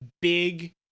big